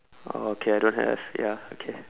oh okay I don't have ya okay